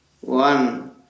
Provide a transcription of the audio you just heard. one